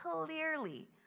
clearly